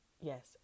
yes